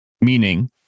Meaning